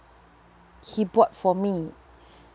he bought for me